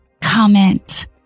comment